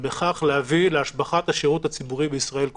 ובכך להביא להשבחת השירות הציבורי בישראל כולה.